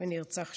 ונרצח שם.